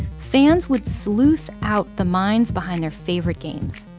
fans would sleuth out the minds behind their favorite games.